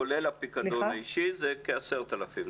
כולל הפיקדון האישי, זה כ-10,000 שקל.